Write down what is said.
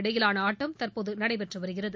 இடையிலான ஆட்டம் தற்போது நடைபெற்று வருகிறது